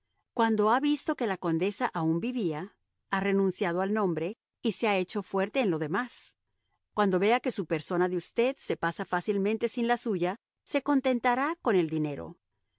cuando ha visto que la condesa aún vivía ha renunciado al nombre y se ha hecho fuerte en lo demás cuando vea que su persona de usted se pasa fácilmente sin la suya se contentará con el dinero